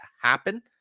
happen